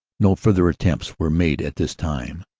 no further attempts were made at this time.